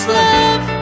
love